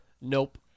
nope